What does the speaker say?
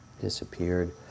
Disappeared